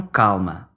calma